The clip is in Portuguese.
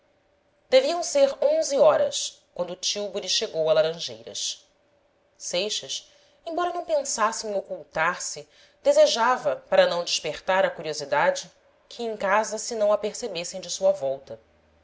deviam ser onze horas quando o tílburi chegou a laran jeiras seixas embora não pensasse em ocultar se desejava para não despertar a curiosidade que em casa se não apercebessem de sua volta